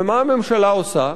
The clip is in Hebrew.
ומה הממשלה עושה?